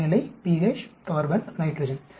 வெப்பநிலை pH carbon nitrogen